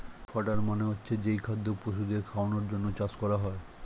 fodder মানে হচ্ছে যেই খাদ্য পশুদের খাওয়ানোর জন্যে চাষ করা হয়